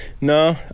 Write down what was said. No